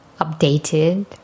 updated